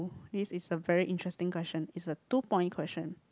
oh this is a very interesting question it's a two point question